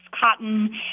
cotton